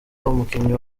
umukinnyi